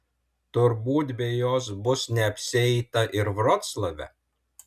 turbūt be jos bus neapsieita ir vroclave